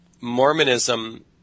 Mormonism